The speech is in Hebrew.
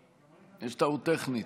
יש טעות טכנית,